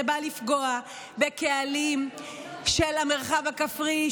זה בא לפגוע בקהלים של המרחב הכפרי,